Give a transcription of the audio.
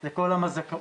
זה כל עולם הזכאות.